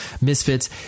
Misfits